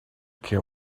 care